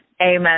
Amen